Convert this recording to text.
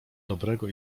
dobrego